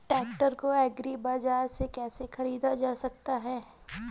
Tractor को agri बाजार से कैसे ख़रीदा जा सकता हैं?